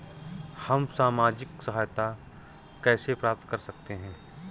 हम सामाजिक सहायता कैसे प्राप्त कर सकते हैं?